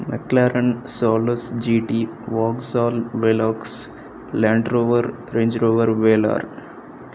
McLaren Solus GT Vauxhall Velox Land Rover Range Rover velar